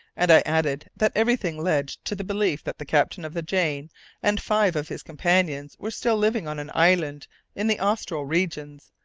and i added that everything led to the belief that the captain of the jane and five of his companions were still living on an island in the austral regions,